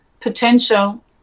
potential